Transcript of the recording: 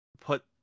put